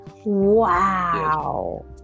Wow